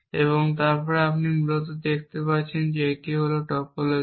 এবং তারপরে আপনি মূলত দেখাতে পারেন যে এটি হল টপোলজি